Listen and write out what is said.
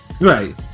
Right